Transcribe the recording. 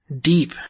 deep